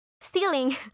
stealing